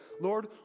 Lord